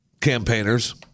campaigners